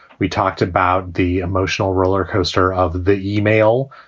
we talked about the emotional roller coaster of the e-mail.